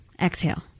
Exhale